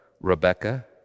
Rebecca